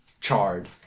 charred